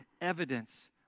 evidence